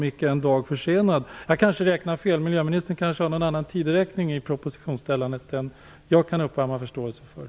Jag räknar kanske fel - möjligen har miljöministern någon annan tidsberäkning för propositionsframläggandet än vad jag har kunnat komma fram till.